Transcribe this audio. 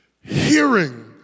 Hearing